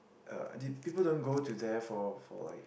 uh the people don't go to there for for like